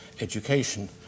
Education